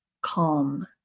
calm